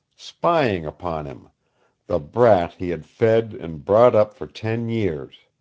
spying upon him the brat he had fed and brought up for ten years!